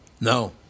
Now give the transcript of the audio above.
No